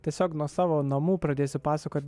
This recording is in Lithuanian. tiesiog nuo savo namų pradėsiu pasakoti